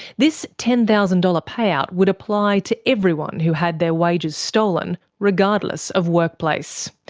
this ten thousand dollars payout would apply to everyone who had their wages stolen, regardless of workplace.